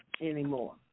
anymore